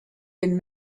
been